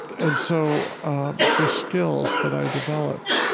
and so ah the skills that i developed,